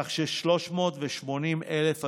כך ש-380,000 עצמאים,